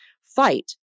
Fight